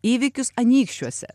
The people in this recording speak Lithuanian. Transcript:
įvykius anykščiuose